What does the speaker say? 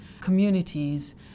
communities